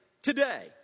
Today